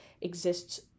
exists